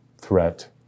threat